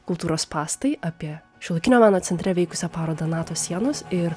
kultūros spąstai apie šiuolaikinio meno centre veikusią parodą nato sienos ir